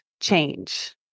change